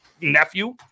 nephew